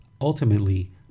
ultimately